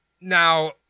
now